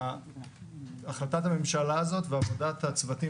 החלטת הממשלה הזאת ועבודת הצוותים,